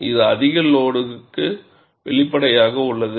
இது அதிக லோடுக்கு வெளிப்படையாக உள்ளது